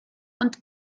ond